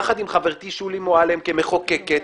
יחד עם חברתי שולי מועלם כמחוקקת,